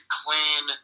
clean